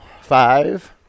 Five